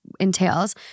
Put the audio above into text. entails